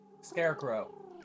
scarecrow